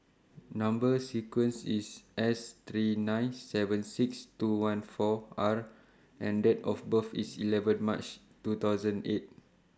Number sequence IS S three nine seven six two one four R and Date of birth IS eleven March two thousand eight